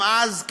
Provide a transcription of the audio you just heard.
גם אז,